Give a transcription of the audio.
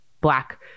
black